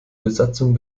besatzung